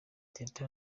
teta